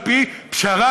על פי פשרה,